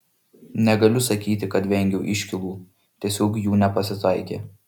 negaliu sakyti kad vengiau iškylų tiesiog jų nepasitaikė